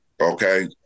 okay